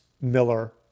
Miller